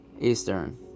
Eastern